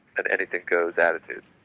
an anything goes attitude.